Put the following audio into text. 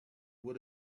would